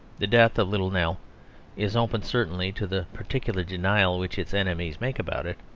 the death of little nell is open certainly to the particular denial which its enemies make about it.